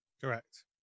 correct